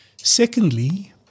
Secondly-